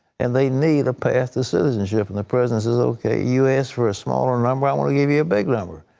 and they need a path to citizenship, and the president says, okay, you asked for a smaller number, and i'm going to give you a big number,